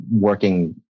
working